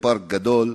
פארק גדול,